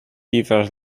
beaver